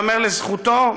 ייאמר לזכותו,